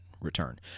return